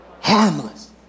Harmless